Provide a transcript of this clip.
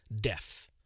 death